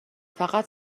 فقط